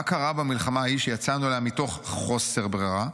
מה קרה במלחמה ההיא שיצאנו אליה מתוך חוסר ברירה?